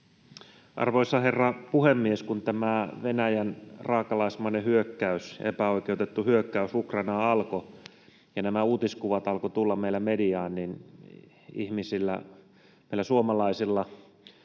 Arvoisa herra puhemies! Kun tämä Venäjän raakalaismainen, epäoikeutettu hyökkäys Ukrainaan alkoi ja nämä uutiskuvat alkoivat tulla meillä mediaan, niin ihmisillä, meillä suomalaisilla,